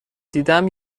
دیدم